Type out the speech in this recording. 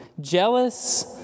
jealous